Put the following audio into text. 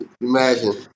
imagine